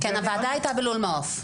הוועדה הייתה בלול מעוף.